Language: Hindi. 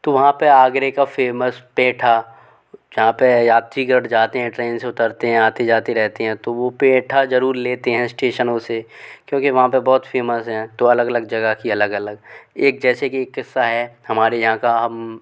तो वहाँ पर आगरे का फ़ेमस पेठा जहाँ पर यात्रीगण जाते हैं ट्रेन से उतरते हैं आते जाते रहते हैं तो वो पेठा ज़रूर लेते हैं इस्टेसनों से क्योंकि वहाँ पर बहुत फ़ेमस है तो अलग अलग जगह कि अलग अलग एक जैसे कि किस्सा है हमारे यहाँ का हम